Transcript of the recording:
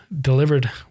delivered